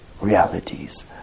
realities